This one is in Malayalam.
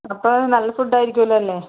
അപ്പോൾ നല്ല ഫുഡ് ആയിരിക്കുവല്ലോ അല്ലേ